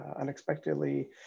unexpectedly